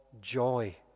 joy